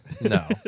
No